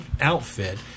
outfit